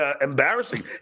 embarrassing